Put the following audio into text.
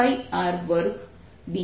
ρ0 છે